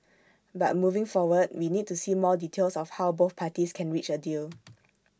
but moving forward we need to see more details of how both parties can reach A deal